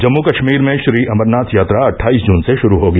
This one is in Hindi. जम्म् कश्मीर में श्री अमरनाथ यात्रा अट्ठाईस जून से शुरू होगी